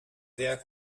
sehr